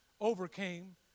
overcame